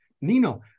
nino